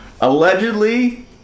Allegedly